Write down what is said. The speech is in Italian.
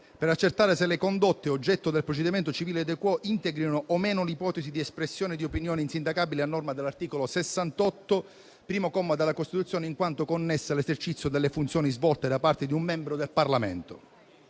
per accertare se le condotte oggetto del procedimento civile *de quo* integrino o meno l'ipotesi di espressione di opinioni insindacabili, a norma dell'articolo 68, primo comma, della Costituzione, in quanto connessa all'esercizio delle funzioni svolte da parte di un membro del Parlamento.